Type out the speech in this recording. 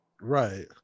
Right